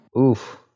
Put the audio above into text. Oof